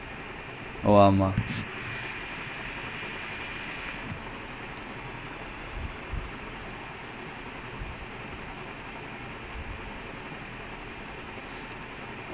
they sign I was so angry ya I was actually like uh I will tell them at time then they err when pep came in he put levender striker he moved muller to right wing lah